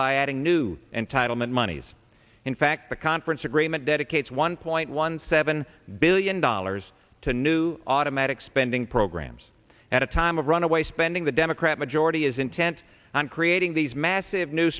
by adding new entitlement monies in fact the conference agreement dedicates one point one seven billion dollars to new automatic spending programs at a time of runaway spending the democrat majority is intent on creating these massive new